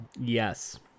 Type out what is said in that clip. Yes